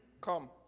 come